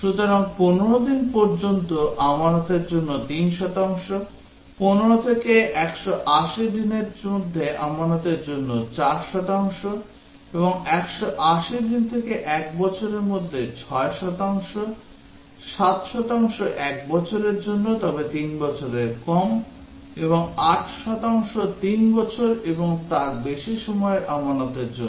সুতরাং 15 দিন পর্যন্ত আমানতের জন্য 3 শতাংশ 15 থেকে 180 দিনের মধ্যে আমানতের উপরে 4 শতাংশ এবং 180 দিন থেকে এক বছর পর্যন্ত 6 শতাংশ 7 শতাংশ এক বছরের জন্য তবে 3 বছরের কম এবং 8 শতাংশ 3 বছর এবং তার বেশি সময়ের আমানতের জন্য